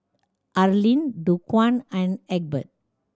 Arlin Dequan and Egbert